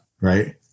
right